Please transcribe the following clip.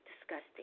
Disgusting